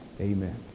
amen